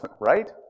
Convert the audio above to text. right